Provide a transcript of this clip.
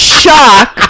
shock